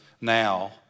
now